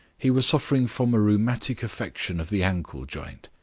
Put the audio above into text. he was suffering from a rheumatic affection of the ankle-joint.